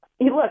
Look